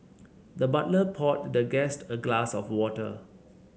the butler poured the guest a glass of water